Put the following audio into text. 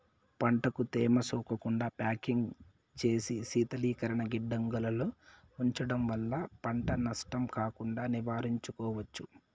పంటకు తేమ సోకకుండా ప్యాకింగ్ చేసి శీతలీకరణ గిడ్డంగులలో ఉంచడం వల్ల పంట నష్టం కాకుండా నివారించుకోవచ్చు